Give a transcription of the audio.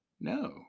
no